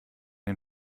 den